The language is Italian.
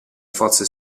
forze